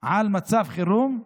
על מצב חירום,